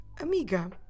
amiga